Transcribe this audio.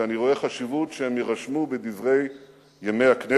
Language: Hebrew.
כי אני רואה חשיבות שהם יירשמו ב"דברי הכנסת"